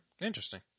Interesting